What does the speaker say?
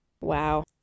Wow